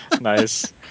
Nice